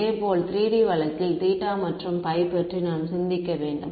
இதேபோல் 3D வழக்கில் θ மற்றும் π பற்றி நான் சிந்திக்க வேண்டும்